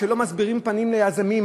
כשלא מסבירים פנים ליזמים,